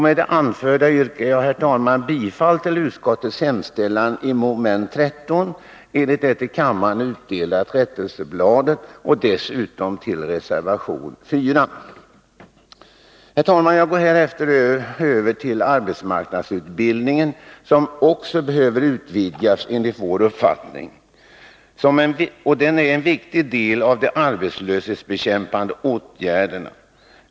Med det anförda yrkar jag, herr talman, bifall till utskottets hemställan i mom. 13 enligt det till kammaren utdelade rättelsebladet och dessutom till reservation 4. Herr talman! Jag går härefter över till arbetsmarknadsutbildningen, som också behöver vidgas enligt vår uppfattning. Den är en viktig del av de arbetslöshetsbekämpande åtgärderna.